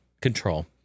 control